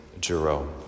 Jerome